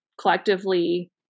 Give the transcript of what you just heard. collectively